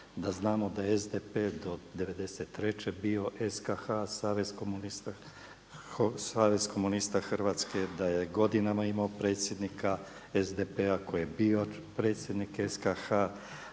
da znamo da je SDP do '93. bio SKH, Savez komunista Hrvatske, da je godinama imao predsjednika SDP-a koji je bio predsjednik SKH